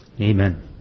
Amen